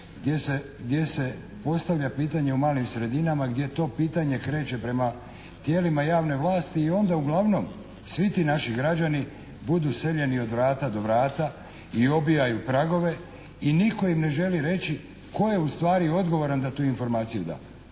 gdje se postavlja pitanje u malim sredinama gdje to pitanje kreće prema tijelima javne vlasti i onda uglavnom svi ti naši građani budu seljeni od vrata do vrata i obijaju pragove. I nitko im ne želi reći tko je ustvari odgovoran da tu informaciju da?